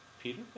Peter